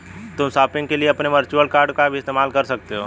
तुम शॉपिंग के लिए अपने वर्चुअल कॉर्ड भी इस्तेमाल कर सकते हो